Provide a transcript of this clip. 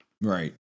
Right